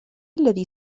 الذي